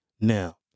Now